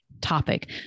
topic